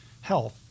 health